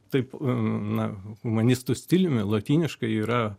taip na humanistų stiliumi lotyniškai yra